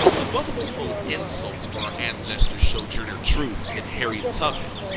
the book was full of insults for our ancestors sojourner truth and harriet tubman,